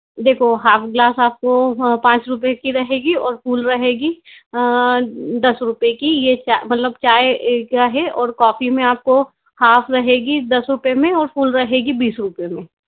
देखो half glass आपको पाँच रूपये की रहेगी और फुल रहेगी दस रूपये की ये चाय मतलब चाय का है और कॉफी में आपको हाफ़ रहेगी दस रूपये में और फुल रहेगी बीस रूपये में